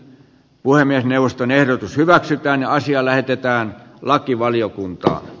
puhemiesneuvoston ehdotus hyväksytään naisia lähetetään lakivaliokunta